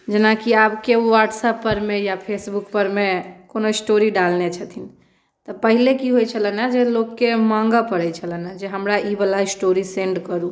जेनाकि आब केओ ह्वाटसएपपर मे या फेसबुकपर मे कोनो स्टोरी डालने छथिन तऽ पहिने की होइत छलनि हेँ जे लोककेँ माँगय पड़ैत छलनि हेँ जे हमरा ईवला स्टोरी सेंड करू